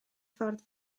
ffordd